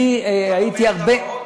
אני הייתי הרבה, אתה רומז, לבאות?